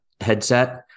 headset